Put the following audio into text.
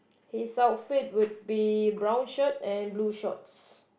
his outfit would be brown shirt and blue shorts